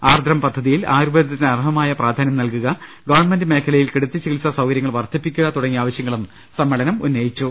ആർദ്രം പദ്ധതിയിൽ ആയുർവേദത്തിന് അർഹമായ പ്രാധാന്യം നല്കുക ഗവൺമെന്റ് മേഖലയിൽ കിടത്തി ചികിത്സാ സൌകര്യങ്ങൾ വർദ്ധിപ്പിക്കുക തുടങ്ങിയ ആവശ്യങ്ങളും സമ്മേളനം ഉന്നയിച്ചു